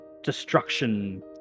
Destruction